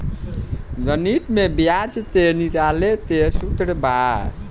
गणित में ब्याज के निकाले के सूत्र बा